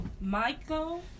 Michael